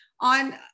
on